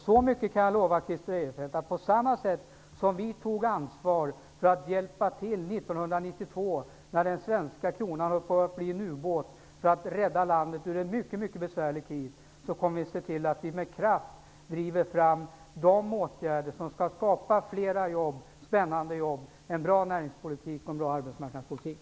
Så mycket kan jag lova Christer Eirefelt, att på samma sätt som Socialdemokraterna tog ansvar för att hjälpa till 1992, när den svenska kronan höll på att bli en ubåt, för att rädda landet ur en mycket besvärlig kris kommer vi att se till att med kraft driva fram de åtgärder som skall skapa flera, spännande jobb, en bra näringspolitik och en bra arbetsmarknadspolitik.